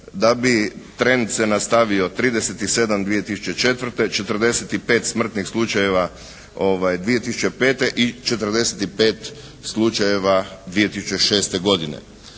da bi trend se nastavio 37 2004., 45 smrtnih slučajeva 2005. i 45 slučajeva 2006. godine.